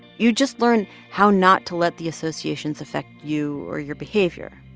you just learn how not to let the associations affect you or your behavior.